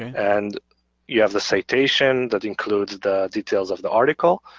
and you have the citation that includes the details of the article.